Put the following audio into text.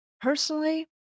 personally